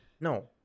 No